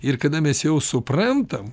ir kada mes jau suprantam